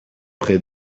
près